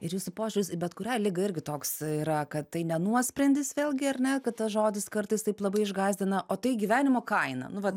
ir jūsų požiūris į bet kurią ligą irgi toks yra kad tai ne nuosprendis vėlgi ar ne kad tas žodis kartais taip labai išgąsdina o tai gyvenimo kaina nuvat